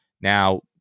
Now